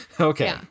okay